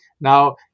Now